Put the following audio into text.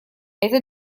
это